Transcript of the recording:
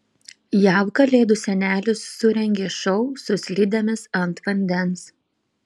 jav kalėdų senelis surengė šou su slidėmis ant vandens